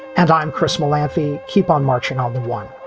and i'm xml laffy. keep on marching on the one